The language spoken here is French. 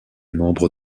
membre